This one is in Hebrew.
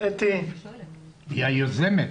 היא היוזמת.